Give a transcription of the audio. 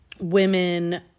women